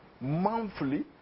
monthly